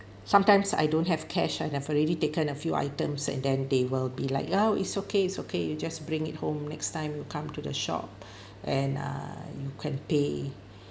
sometimes I don't have cash I'd have already taken a few items and then they will be like oh it's okay it's okay you just bring it home next time you come to the shop and err you can pay